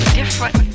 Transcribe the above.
different